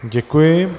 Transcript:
Děkuji.